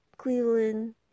cleveland